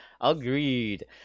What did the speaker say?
Agreed